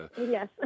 Yes